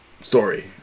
story